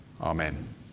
Amen